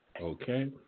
Okay